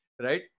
Right